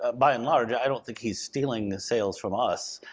ah by and large, i don't think he's stealing sales from us.